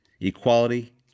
equality